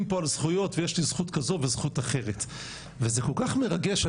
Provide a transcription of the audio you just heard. פה על זכויות ויש לי זכות כזאת וזכות אחרת וזה כל כך מרגש,